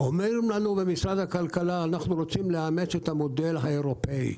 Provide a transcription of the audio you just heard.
אומרים לנו במשרד הכלכלה: "אנחנו רוצים לאמץ את המודל האירופאי".